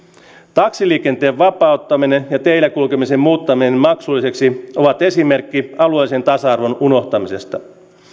taksiliikenteen vapauttaminen ja teillä kulkemisen muuttaminen maksulliseksi ovat esimerkki alueellisen tasa arvon unohtamisesta